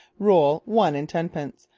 roll one-and-tenpence,